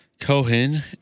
Cohen